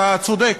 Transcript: אתה צודק,